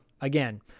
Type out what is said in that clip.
again